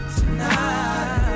tonight